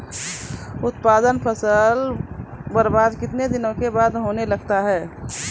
उत्पादन फसल बबार्द कितने दिनों के बाद होने लगता हैं?